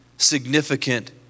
significant